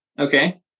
Okay